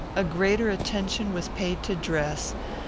a greater attention was paid to dress,